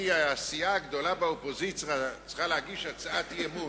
הסיעה הגדולה באופוזיציה צריכה להגיש הצעת אי-אמון,